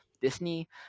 Disney